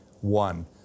one